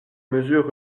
mesures